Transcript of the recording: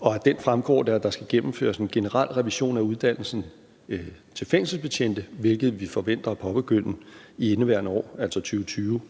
og af den fremgår det, at der skal gennemføres en generel revision af uddannelsen til fængselsbetjent, hvilket vi forventer at påbegynde i indeværende år, altså 2020.